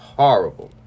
horrible